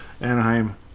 Anaheim